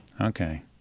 Okay